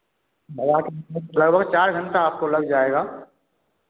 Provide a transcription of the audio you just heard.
मज़ाक़ नहीं लगभग चार घंटा आपको लग जाएगा